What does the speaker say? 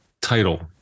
title